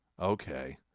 okay